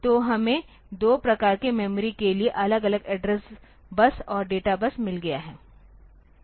तो हमें दो प्रकार की मेमोरी के लिए अलग अलग एड्रेस बस और डेटा बस मिल गया है